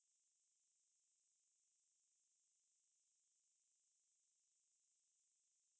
I think freshies are still new like they may not know the telegram so doing both ways better lah